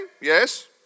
Yes